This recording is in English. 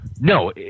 No